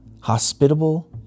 hospitable